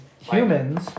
humans